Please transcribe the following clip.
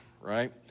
right